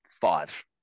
five